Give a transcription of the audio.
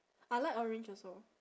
I like orange also